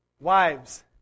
wives